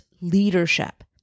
leadership